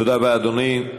תודה רבה, אדוני.